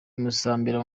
musambira